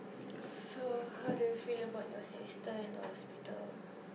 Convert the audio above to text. so how do you feel about your sister in the hospital